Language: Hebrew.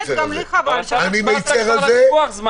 אני מצר על זה.